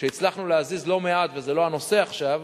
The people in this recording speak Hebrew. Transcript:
שהצלחנו להזיז לא מעט, וזה לא הנושא עכשיו,